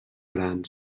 gran